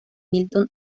milton